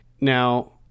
now